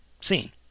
seen